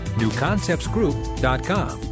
newconceptsgroup.com